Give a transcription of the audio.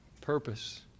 purpose